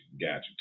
gotcha